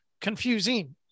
confusing